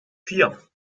vier